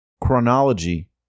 chronology